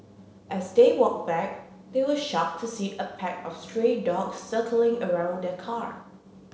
as they walked back they were shocked to see a pack of stray dogs circling around their car